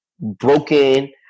broken